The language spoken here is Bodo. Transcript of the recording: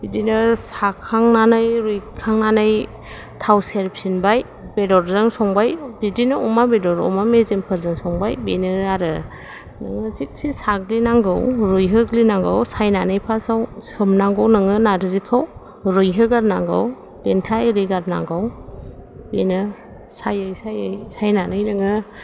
बिदिनो साखांनानै रुइखांनानै थाव सेरफिनबाय बेदरजों संबाय बिदिनो अमा बेदर अमा मेजेमफोरजों संबाय बेनो आरो थिखसे साग्लिनांगौ रुइहोग्लिनांगौ सायनानै फास्टआव सोमनागौ नोङो नारजिखौ रुइहोगोरनांगौ देनथा एरि गारनांगौ बेनो सायै सायै सायनानै नोङो